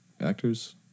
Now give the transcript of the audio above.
actors